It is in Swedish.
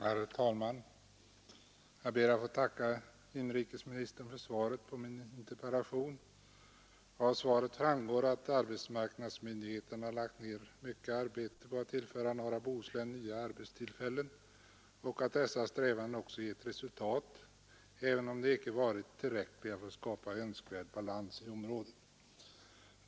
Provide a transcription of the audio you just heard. Herr talman! Jag ber att få tacka inrikesministern för svaret på min interpellation. Av svaret framgår att arbetsmarknadsmyndigheterna lagt ned mycket arbete på att tillföra norra Bohuslän nya arbetstillfällen och att dessa strävanden också gett resultat, även om de icke varit tillräckliga för att skapa önskvärd balans i området.